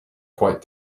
quite